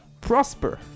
prosper